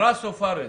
בסבב השני.